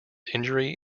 injury